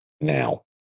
now